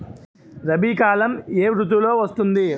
రబీ కాలం ఏ ఋతువులో వస్తుంది?